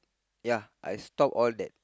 ya I stopped all that